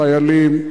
חיילים,